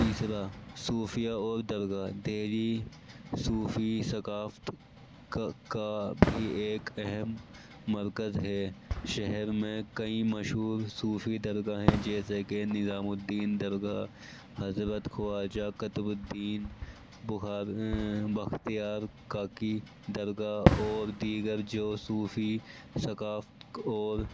تیسرا صوفیہ اور درگاہ دلی صوفی ثقافت کا کا بھی ایک اہم مرکز ہے شہر میں کئی مشہور صوفی درگاہیں جیسے کہ نظام الدین درگاہ حضرت خواجہ قطب الدین بختیاب کاکی درگاہ اور دیگر جو صوفی ثقافت اور